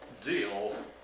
Deal